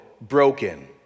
broken